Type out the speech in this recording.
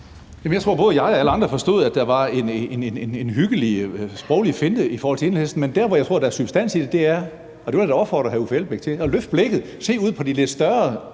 jeg tror, at både jeg og alle andre forstod, at der var en hyggelig, sproglig finte i forhold til Enhedslisten, men det, jeg tror der er substans i, er – og det vil jeg da opfordre hr. Uffe Elbæk til – at løfte blikket og se på de lidt større